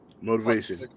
Motivation